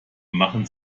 machen